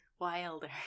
wilder